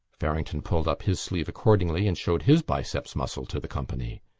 farrington pulled up his sleeve accordingly and showed his biceps muscle to the company.